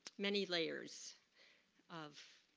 many layers of